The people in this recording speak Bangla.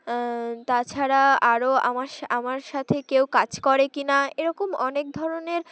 তাছাড়া আরও আমার আমার সাথে কেউ কাজ করে কি না এরকম অনেক ধরনের